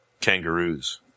kangaroos